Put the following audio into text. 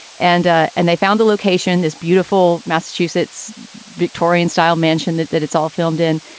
and. ah and they found the location, this beautiful massachusetts victorian style mansion that that it's all filmed in.